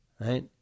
right